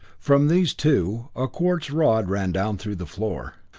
from these, too, a quartz rod ran down through the floor.